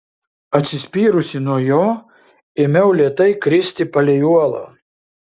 atsispyrusi nuo jo ėmiau lėtai kristi palei uolą